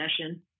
session